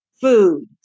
food